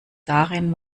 darin